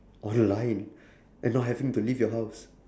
online and not having to leave your house